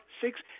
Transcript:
six